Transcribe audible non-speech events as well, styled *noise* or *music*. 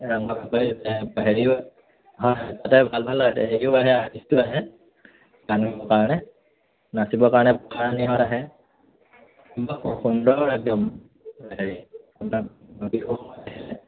*unintelligible* ভাল ভাল হেৰিও আহে আৰ্টিষ্টো আহে *unintelligible* কাৰণে নাচিবৰ কাৰণে কাৰণেও আহে *unintelligible*